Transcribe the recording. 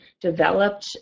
developed